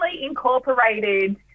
incorporated